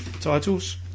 titles